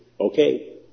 okay